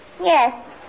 Yes